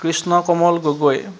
Krishna Kamal Gogoi